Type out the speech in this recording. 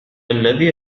الذي